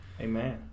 Amen